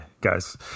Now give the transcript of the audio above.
guys